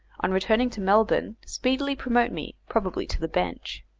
on returning to melbourne, speedily promote me, probably to the bench.